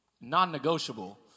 non-negotiable